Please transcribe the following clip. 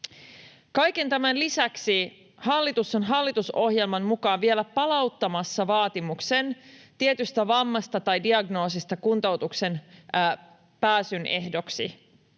Kaiken tämän lisäksi hallitus on hallitusohjelman mukaan vielä palauttamassa vaatimuksen tietystä vammasta tai diagnoosista kuntoutukseen pääsyn ehdoksi.